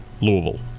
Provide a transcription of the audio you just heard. Louisville